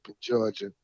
Georgia